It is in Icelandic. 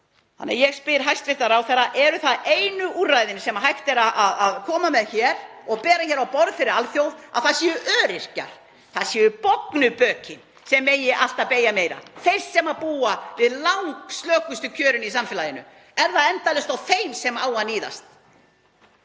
hér 2019. Ég spyr hæstv. ráðherra: Eru það einu úrræðin sem hægt er að koma með hér og bera á borð fyrir alþjóð, að það séu öryrkjar, það séu bognu bökin sem megi alltaf beygja meira? Þeir sem búa við langslökustu kjörin í samfélaginu? Er það endalaust á þeim sem á að níðast?